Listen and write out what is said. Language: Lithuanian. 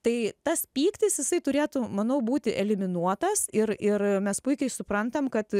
tai tas pyktis jisai turėtų manau būti eliminuotas ir ir mes puikiai suprantam kad